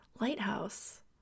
lighthouse